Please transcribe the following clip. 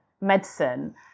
medicine